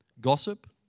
gossip